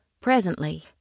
Presently